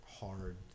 hard